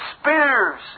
spears